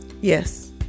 Yes